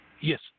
Yes